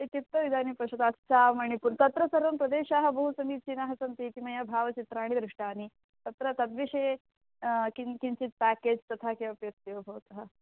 इत्युक्त्वा इदानीं पश्यतु अस्सामणिपूरं तत्र सर्वाः प्रदेशाः बहु समीचीनाः सन्ति इति मया भावचित्राणि दृष्टानि तत्र तद्विषये किं किञ्चित् प्याकेज् तथा किमपि अस्ति वा भवतः